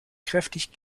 kräftig